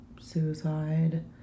suicide